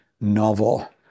novel